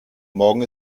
morgen